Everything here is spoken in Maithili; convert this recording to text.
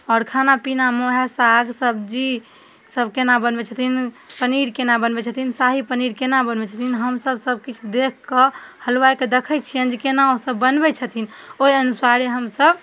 आओर खानापिनामे वएह साग सब्जीसब कोना बनबै छथिन पनीर कोना बनबै छथिन शाही पनीर कोना बनबै छथिन हमसभ सबकिछु देखिकऽ हलवाइके देखै छिअनि जे कोना ओसभ बनबै छथिन ओहि अनुसारे हमसभ